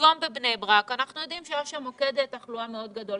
לדגום בבני-ברק: אנחנו יודעים שיש שם מוקד תחלואה מאוד גדול.